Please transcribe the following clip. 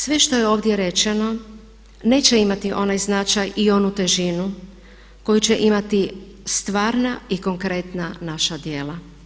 Sve što je ovdje rečeno neće imati onaj značaj i onu težinu koju će imati stvarna i konkretna naša djela.